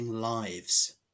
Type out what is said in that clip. lives